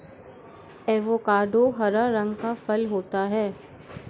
avocado हरा रंग का फल होता है